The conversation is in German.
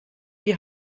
die